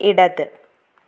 ഇടത്